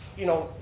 you know,